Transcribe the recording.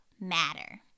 matter